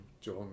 John